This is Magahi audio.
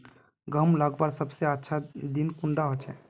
गहुम लगवार सबसे अच्छा दिन कुंडा होचे?